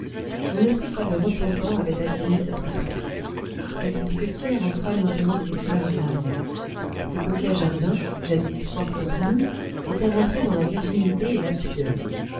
on ne sait quoi de repentant avait assaini cette retraite cette bouquetière offrait maintenant ses fleurs à l'âme ce coquet jardin jadis fort compromis était rentré dans la virginité et la pudeur